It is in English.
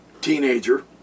teenager